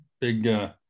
Big